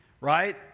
right